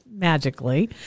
magically